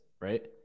Right